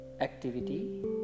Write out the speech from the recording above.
Activity